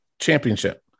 championship